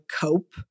cope